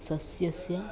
सस्यस्य